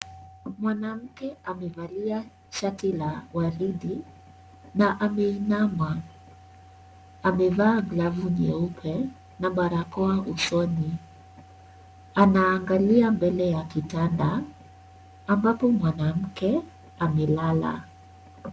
Mwanamke amevalia shati la waridi na ameinama, amevaa glavu nyeupe na barakoa usoni anaangalia mbele ya kitanda ambapo mwanamke amelala.